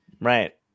Right